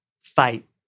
fight